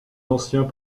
anciens